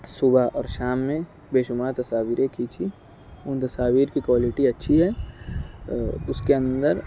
صبح اور شام میں بے شمار تصاویریں کھیچی ان تصاویر کی کوالٹی اچھی ہے اس کے اندر